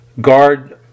guard